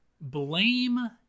blame